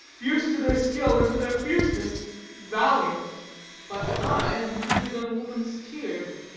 fierce to their skill, and to their fierceness valiant but i am weaker than a woman's tear,